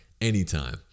Anytime